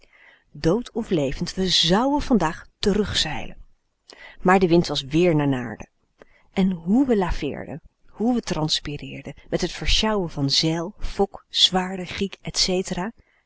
dood of levend we z o u e n vandaag t e r u g zeilen maar de wind was weer naar naarden en hoe we laveerden hoe we transpireerden met het versjouwen van zeil fok